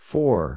Four